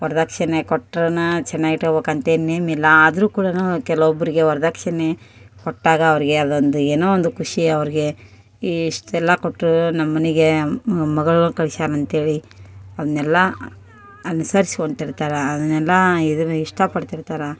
ವರದಕ್ಷಿಣೆ ಕೊಟ್ರನೆ ಚೆನ್ನಾಗಿ ಇಟ್ಕಬೇಕಂತ ಏನು ನೇಮ ಇಲ್ಲ ಆದರು ಕೂಡ ಕೆಲವೊಬ್ಬರಿಗೆ ವರದಕ್ಷಿಣೆ ಕೊಟ್ಟಾಗ ಅವರಿಗೆ ಅದು ಒಂದು ಏನೋ ಒಂದು ಖುಷಿ ಅವ್ರಿಗೆ ಇಷ್ಟೆಲ್ಲ ಕೊಟ್ರು ನಮ್ಮನಿಗೆ ಮಗಳ್ನ ಕಳ್ಶ್ಯಾರೆ ಅಂತೇಳಿ ಅದ್ನೆಲ್ಲ ಅನುಸರಿರ್ಸ್ಕೊಂತಿರ್ತಾರೆ ಅದನ್ನೆಲ್ಲ ಇದನ್ನು ಇಷ್ಟಪಡ್ತಿರ್ತಾರೆ